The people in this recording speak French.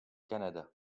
canada